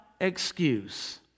excuse